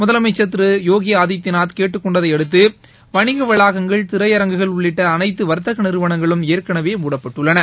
முதலமைச்சர் திரு யோகி ஆதித்யநாத் கேட்டுக் கொண்டதையடுத்து வணிக வளாகங்கள் திரையரங்குகள் உள்ளிட்ட அனைத்து வர்த்தக நிறுவனங்கள் ஏற்கனவே மூடப்பட்டுள்ளன